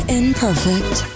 imperfect